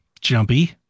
jumpy